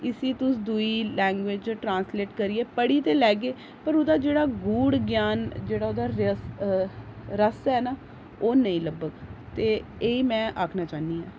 इसी तुस दूई लैंग्वेज च ट्रांस्लेट करियै पढ़ी ते लैह्गे पर ओह्दा जेह्ड़ा गूढ़ ज्ञान जेह्ड़ा ओह्दा रस रस ऐ ना ओह् नेईं लब्भग ते एह् में आखना चाह्न्नी आं